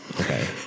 Okay